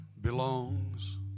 belongs